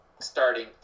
starting